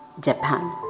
Japan